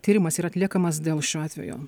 tyrimas yra atliekamas dėl šio atvejo